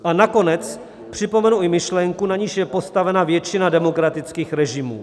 A nakonec připomenu i myšlenku, na níž je postavena většina demokratických režimů.